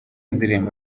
indirimbo